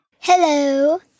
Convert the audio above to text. Hello